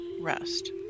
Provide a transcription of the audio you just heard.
rest